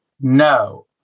No